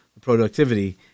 productivity